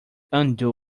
undo